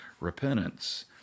repentance